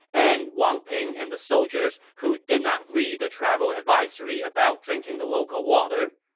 and wang ping and the soldiers who did not read the travel advisory about drinking the local water.